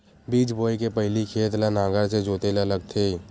बीज बोय के पहिली खेत ल नांगर से जोतेल लगथे?